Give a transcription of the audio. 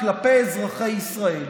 כלפי אזרחי ישראל,